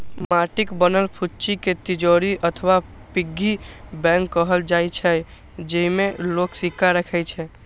माटिक बनल फुच्ची कें तिजौरी अथवा पिग्गी बैंक कहल जाइ छै, जेइमे लोग सिक्का राखै छै